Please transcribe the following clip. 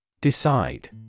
Decide